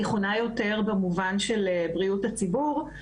היא חונה יותר במובן של בריאות הציבור.